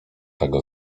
tego